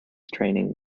training